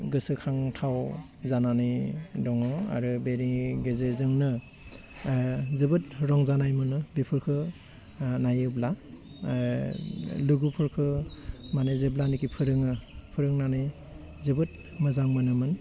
गोसोखांथाव जानानै दङ आरो बेबायदियै गेजेरजोंनो जोबोद रंजानाय मोनो बेफोरखौ नायोब्ला लोगोफोरखौ माने जेब्लानोखि फोरोङो फोरोंनानै जोबोद मोजां मोनोमोन